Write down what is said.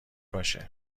باشه